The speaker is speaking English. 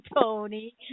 Tony